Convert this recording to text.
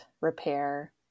repair